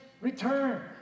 return